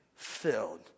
Filled